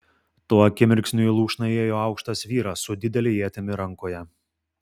tuo akimirksniu į lūšną įėjo aukštas vyras su didele ietimi rankoje